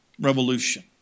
revolution